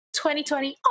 2020